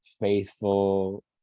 faithful